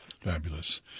Fabulous